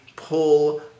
Pull